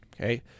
Okay